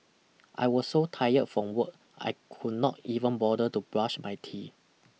I was so tired from work I could not even bother to brush my teeth